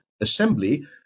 Assembly